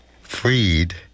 freed